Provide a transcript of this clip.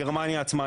גרמניה עצמה,